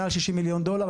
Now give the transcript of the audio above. מעל 60 מיליון דולר,